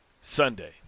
Sunday